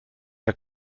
der